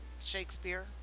Shakespeare